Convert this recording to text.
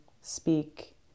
speak